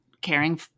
caring